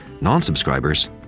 Non-subscribers